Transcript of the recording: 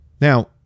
Now